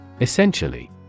Essentially